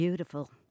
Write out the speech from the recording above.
Beautiful